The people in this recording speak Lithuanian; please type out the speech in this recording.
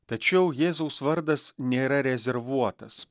tačiau jėzaus vardas nėra rezervuotas